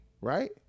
right